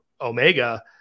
Omega